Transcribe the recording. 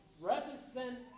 represent